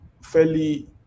fairly